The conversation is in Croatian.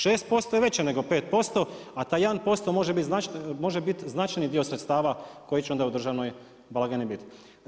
6% je veća nego 5% a taj 1% može biti značajni dio sredstava koji će onda u državnoj blagajni biti.